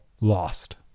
lost